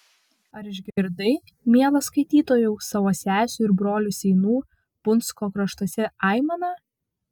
ar išgirdai mielas skaitytojau savo sesių ir brolių seinų punsko kraštuose aimaną